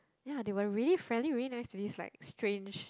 ya they were really friendly really nice to me it's like strange